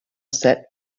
set